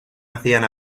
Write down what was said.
hacían